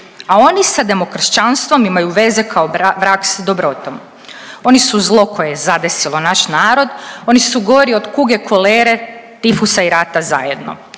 a oni sa demokršćanstvom imaju veze kao vrag sa dobrotom. Oni su zlo koje je zadesilo naš narod, oni su gori od kuge, kolere, tifusa i rata zajedno.